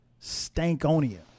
Stankonia